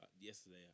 Yesterday